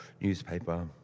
newspaper